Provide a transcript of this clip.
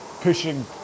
pushing